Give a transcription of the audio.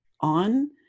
on